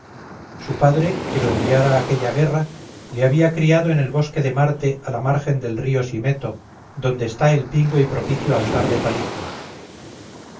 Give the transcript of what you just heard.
su padre que lo enviara a aquella guerra le había criado en el bosque de marte a la margen del río simeto donde está el pingüe y propicio altar de palico